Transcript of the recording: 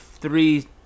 three